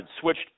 switched